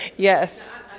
Yes